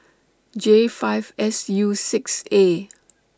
J five S U six A